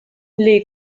les